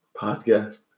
podcast